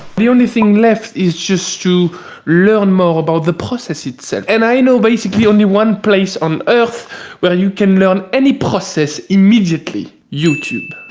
the only thing left is just to learn more about the process itself. and i know basically only one place on earth where you can learn any process immediately. youtube.